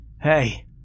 Hey